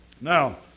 Now